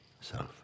Self